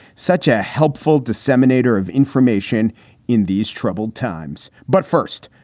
such a helpful disseminator of information in these troubled times. but first,